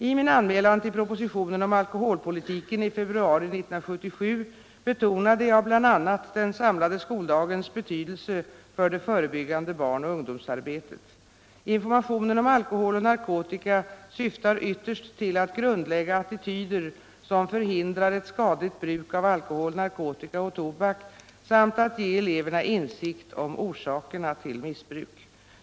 I min anmälan till propositionen om alkoholpolitiken i februari 1977 betonade jag bl.a. den samlade skoldagens betydelse för det förebyggande barn och ungdomsarbetet. Informationen om alkohol och narkotika syftar ytterst till att grundlägga attityder, som förhindrar ett skadligt bruk av alkohol, narkotika och tobak, samt att ge eleverna insikt om orsakerna till missbruk.